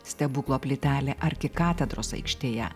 stebuklo plytelė arkikatedros aikštėje